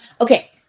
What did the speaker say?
Okay